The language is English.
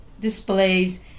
displays